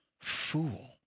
Fool